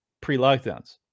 pre-lockdowns